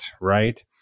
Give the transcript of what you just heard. right